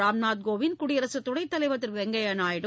ராம்நாத் கோவிந்த் குடியரசு துணைத் தலைவர் திரு வெங்கையா நாயுடு